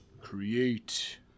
create